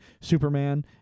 Superman